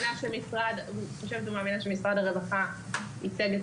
אני חושבת ומאמינה שמשרד הרווחה ייצג את